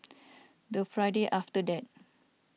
the Friday after that